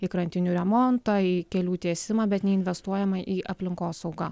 į krantinių remontą į kelių tiesimą bet neinvestuojama į aplinkosaugą